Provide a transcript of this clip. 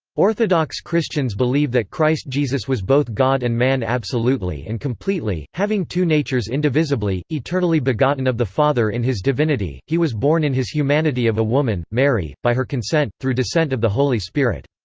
orthodox christians believe that christ jesus was both god and man absolutely and completely, having two natures indivisibly eternally begotten of the father in his divinity, he was born in his humanity of a woman, mary, by her consent, through descent of the holy spirit.